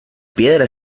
piedra